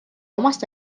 omast